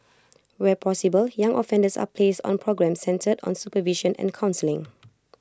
where possible young offenders are placed on programmes centred on supervision and counselling